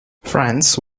france